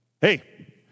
hey